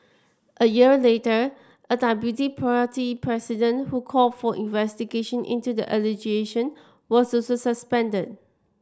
a year later a deputy party president who called for investigation into the allegations was also suspended